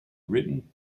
written